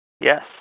Yes